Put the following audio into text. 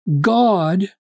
God